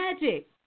magic